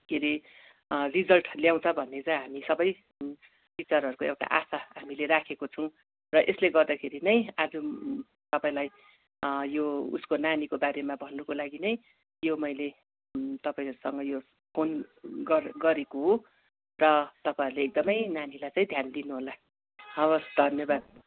के हरे रिजल्ट ल्याउँछ भन्ने चाहिँ हामी सबै टिचरहरूको एउटा आशा हामीले राखेको छौँ र यसले गर्दाखेरि नै आज तपाईँलाई यो उसको नानीको बारेमा भन्नुको लागि नै यो मैले तपाईँहरूसँग यो फोन गर गरेको हो र तपाईँहरूले एकदमै नानीलाई चाहिँ ध्यान दिनु होला हवस् धन्यवाद